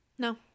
No